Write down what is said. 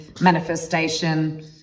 manifestation